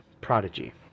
Prodigy